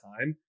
time